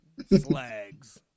Slags